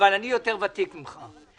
אבל אני ותיק ממך.